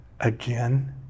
again